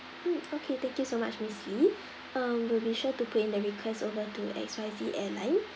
mm okay thank you so much miss lee um we'll be sure to put in the request over to X Y Z airline